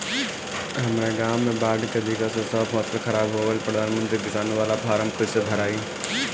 हमरा गांव मे बॉढ़ के दिक्कत से सब फसल खराब हो गईल प्रधानमंत्री किसान बाला फर्म कैसे भड़ाई?